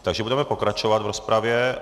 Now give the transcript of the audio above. Takže budeme pokračovat v rozpravě.